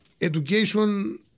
Education